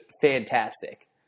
fantastic